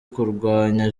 kurwanya